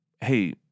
hey